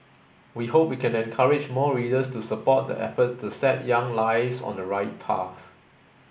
we hope we can encourage more readers to support the efforts to set young lives on the right path